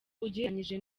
ugereranyije